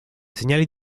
segnali